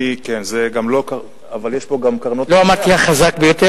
כן, אבל יש פה גם קרנות מזבח?